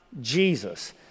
Jesus